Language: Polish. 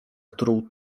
którą